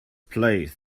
place